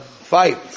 fight